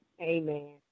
Amen